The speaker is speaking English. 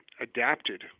adapted